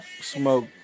smoke